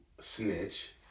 snitch